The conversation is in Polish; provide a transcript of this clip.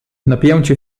napięcie